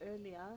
earlier